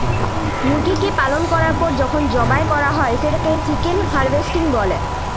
মুরগিকে পালল ক্যরার পর যখল জবাই ক্যরা হ্যয় সেটকে চিকেল হার্ভেস্টিং ব্যলে